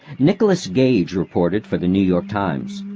nicholas gage reported for the new york times